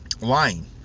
lying